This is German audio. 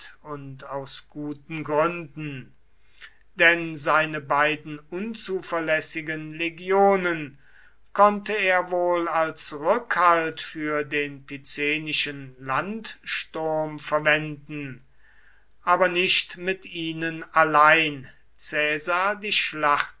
und aus guten gründen denn seine beiden unzuverlässigen legionen konnte er wohl als rückhalt für den picenischen landsturm verwenden aber nicht mit ihnen allein caesar die schlacht